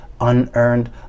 unearned